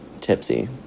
tipsy